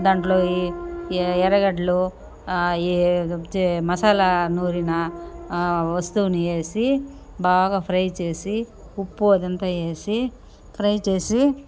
దాంట్లో ఎ ఎర్రగడ్డలు ఈ గు చే మసాల నూరిన వస్తువుని వేసి బాగా ఫ్రై చేసి ఉప్పు అదంతాయేసి ఫ్రై చేసి